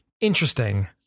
interesting